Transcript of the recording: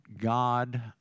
God